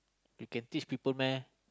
you can teach people meh